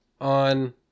on